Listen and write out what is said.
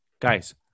guys